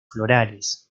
florales